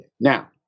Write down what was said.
Now